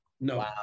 No